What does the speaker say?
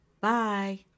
Bye